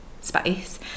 space